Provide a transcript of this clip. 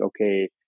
okay